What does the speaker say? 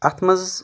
اَتھ منٛز